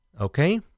okay